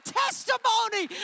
testimony